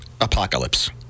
apocalypse